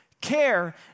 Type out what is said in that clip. Care